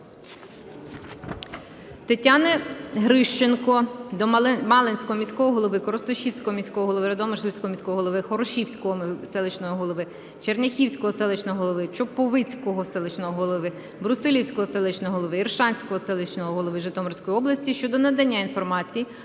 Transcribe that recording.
Тетяни Грищенко до Малинського міського голови, Коростишівського міського голови, Радомишльського міського голови, Хорошівського селищного голови, Черняхівського селищного голови, Чоповицького селищного голови, Брусилівського селищного голови, Іршанського селищного голови Житомирської області щодо надання інформації